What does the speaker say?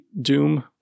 doom